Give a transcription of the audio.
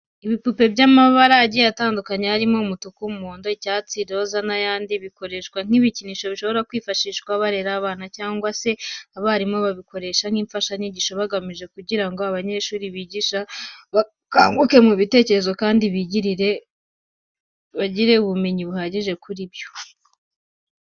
Ibipupe by'amabara agiye atandukanye harimo umutuku, umuhondo, icyatsi, iroza n'ayandi, bikoreshwa nk'ibikinisho bishobora kwifashishwa barera abana cyangwa se abarimu bakabikoresha nk'imfashanyigisho bagamije kugira ngo abanyeshuri bigisha bakanguke mu bitekerezo kandi bagire ubumenyi buhagije kuri byo.